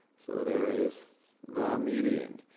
so there is the median.